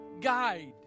guide